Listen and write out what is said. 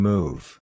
Move